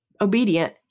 obedient